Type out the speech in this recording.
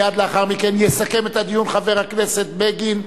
מייד לאחר מכן יסכם את הדיון חבר הכנסת בגין,